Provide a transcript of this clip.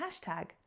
hashtag